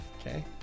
Okay